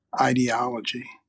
ideology